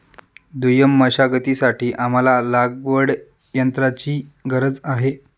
दुय्यम मशागतीसाठी आम्हाला लागवडयंत्राची गरज आहे